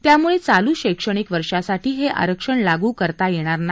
त्यामुळे चालू शैक्षणिक वर्षासाठी हे आरक्षण लागू करता येणार नाही